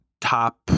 top